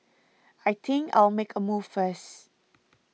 I think I'll make a move first